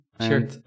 Sure